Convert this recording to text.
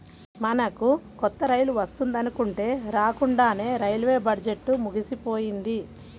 మనకు కొత్త రైలు వస్తుందనుకుంటే రాకండానే రైల్వే బడ్జెట్టు ముగిసిపోయింది